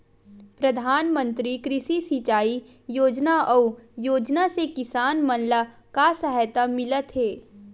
प्रधान मंतरी कृषि सिंचाई योजना अउ योजना से किसान मन ला का सहायता मिलत हे?